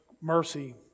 mercy